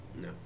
No